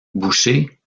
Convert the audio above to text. boucher